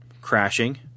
crashing